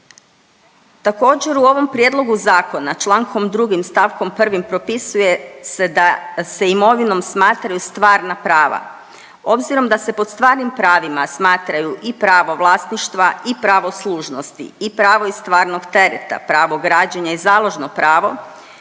Također u ovom prijedlogu zakona čl. 2. st. 1. propisuje se da se imovinom smatraju stvarna prava. Obzirom da se pod stvarnim pravima smatraju i pravo vlasništva i pravo služnosti i pravo i stvarnog tereta, pravo građenja i založno pravo,